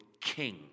king